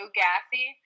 gassy